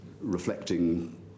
reflecting